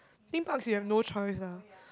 theme parks you have no choice ah